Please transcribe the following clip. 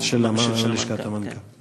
בלשכת המנכ"ל.